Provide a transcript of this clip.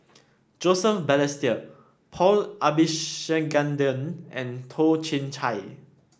Joseph Balestier Paul Abisheganaden and Toh Chin Chye